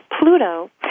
Pluto